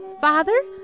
Father